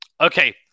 Okay